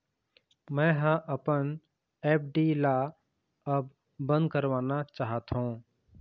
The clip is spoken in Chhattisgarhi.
मै ह अपन एफ.डी ला अब बंद करवाना चाहथों